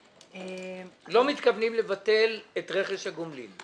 לא מתכוונים לבטל את רכש הגומלין.